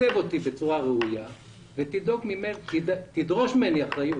תקצב אותי בצורה ראויה ותדרוש ממני אחריות.